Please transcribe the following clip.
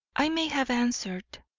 i may have answered.